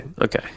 Okay